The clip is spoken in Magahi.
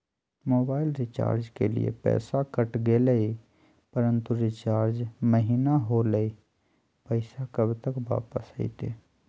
मोबाइल रिचार्ज के लिए पैसा कट गेलैय परंतु रिचार्ज महिना होलैय, पैसा कब तक वापस आयते?